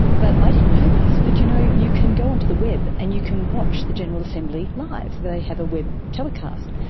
but i didn't know this but you know you can go onto the web and you can watch the general assembly live, they have a web telecast.